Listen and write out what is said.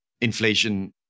inflation